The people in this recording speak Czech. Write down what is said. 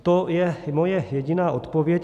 To je moje jediná odpověď.